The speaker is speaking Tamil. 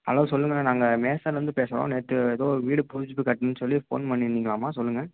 ஹலோ சொல்லுங்கண்ணா நாங்கள் மேன்சன்லேருந்து பேசுகிறோம் நேற்று ஏதோ வீடு புதுப்பித்து கட்டணும்னு சொல்லி ஃபோன் பண்ணியிருந்திங்களாமா சொல்லுங்கள்